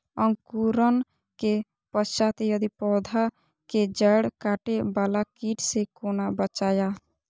अंकुरण के पश्चात यदि पोधा के जैड़ काटे बाला कीट से कोना बचाया?